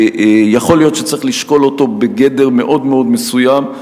יכול להיות שצריך לשקול אותו בגדר מאוד מאוד מסוים,